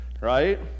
Right